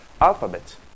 alphabet